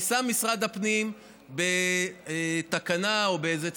משרד הפנים ניסה לפתור את זה בתקנה או באיזה צו,